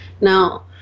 Now